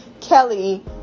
Kelly